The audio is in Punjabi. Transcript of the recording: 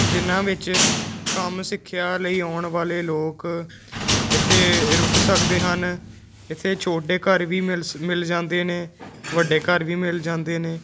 ਜਿਨ੍ਹਾਂ ਵਿੱਚ ਕੰਮ ਸਿੱਖਿਆ ਲਈ ਆਉਣ ਵਾਲੇ ਲੋਕ ਇੱਥੇ ਰੁਕ ਸਕਦੇ ਹਨ ਇੱਥੇ ਛੋਟੇ ਘਰ ਵੀ ਮਿਲ ਸ ਮਿਲ ਜਾਂਦੇ ਨੇ ਵੱਡੇ ਘਰ ਵੀ ਮਿਲ ਜਾਂਦੇ ਨੇ